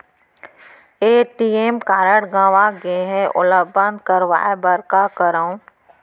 ATM card गंवा गे है ओला बंद कराये बर का करंव?